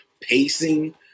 pacing